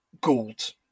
gold